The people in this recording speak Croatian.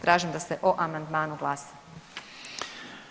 Tražim da se o amandmanu glasa.